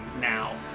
now